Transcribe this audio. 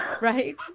Right